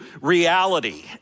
reality